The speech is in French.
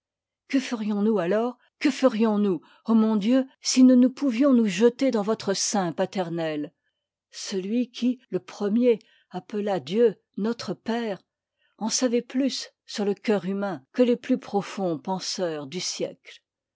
que ferions-nous ô mon dieu si nous ne pouvions nous jeter dans votre sein paternel celui qui le premier appela dieu notre père en savait plus sur le cœur humain que les plus profonds penseurs du siècle